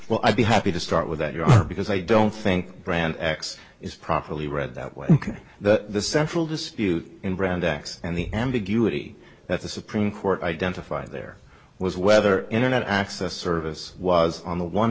well i'd be happy to start with that your because i don't think brand x is properly read that way that the central dispute in brand x and the ambiguity that the supreme court identified there was whether internet access service was on the one